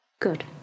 Good